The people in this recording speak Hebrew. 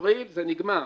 ובאפריל זה נגמר.